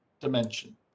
dimension